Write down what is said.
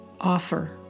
Offer